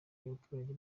y’abaturage